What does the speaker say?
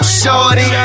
shorty